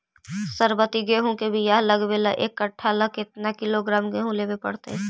सरबति गेहूँ के बियाह लगबे ल एक कट्ठा ल के किलोग्राम गेहूं लेबे पड़तै?